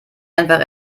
einfach